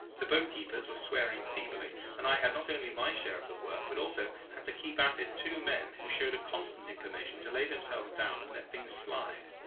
the boat-keepers were swearing feebly, and i had not only my share of the work, but also had to keep at it two men who showed a constant inclination to lay themselves down and let things slide.